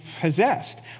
possessed